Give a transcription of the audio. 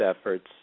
efforts